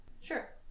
Sure